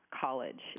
college